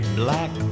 black